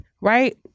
Right